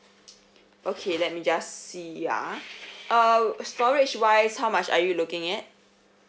okay let me just see ah err storage wise how much are you looking at